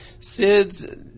SIDS